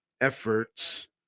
efforts